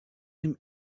him